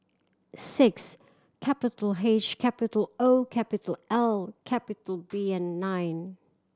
six capital H capital O capital L capital B and nine